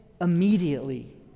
immediately